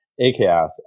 AKS